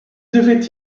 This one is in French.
devait